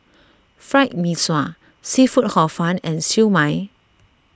Fried Mee Sua Seafood Hor Fun and Siew Mai